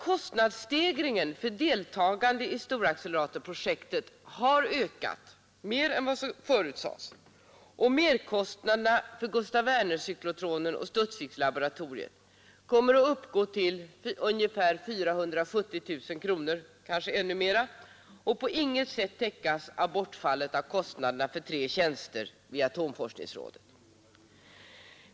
Kostnadsstegringen för deltagande i storacceleratorprojektet har ökat mer än vad som förutsattes och merkostnaderna för Gustaf Werner-cyklotronen och Studsvikslaboratoriet kommer att uppgå till ungefär 470 000 kronor, kanske ännu mera, och på intet sätt täckas av bortfallet av kostnaderna för tre tjänster vid atomforskningsrådet.